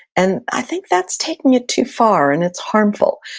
and i think that's taking it too far and it's harmful,